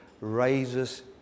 raises